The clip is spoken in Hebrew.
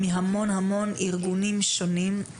מהמון המון ארגונים שונים,